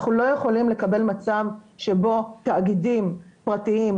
אנחנו לא יכולים לקבל מצב, שבו תאגידים פרטיים,